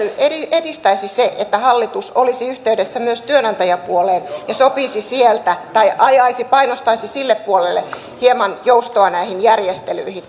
edistäisi se että hallitus olisi yhteydessä myös työnantajapuoleen ja sopisi tai ajaisi painostaisi sille puolelle hieman joustoa näihin järjestelyihin